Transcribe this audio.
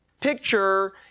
picture